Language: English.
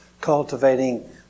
Cultivating